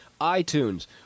iTunes